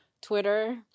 Twitter